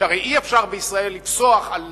שהרי אי-אפשר בישראל לפסוח על